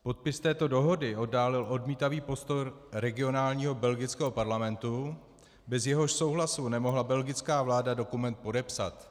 Podpis této dohody oddálil odmítavý postoj regionálního belgického parlamentu, bez jehož souhlasu nemohla belgická vláda dokument podepsat.